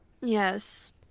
Yes